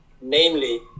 namely